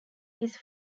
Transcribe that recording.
his